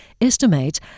estimates